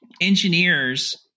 engineers